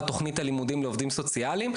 על תכנית הלימודים לעובדים סוציאליים.